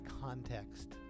context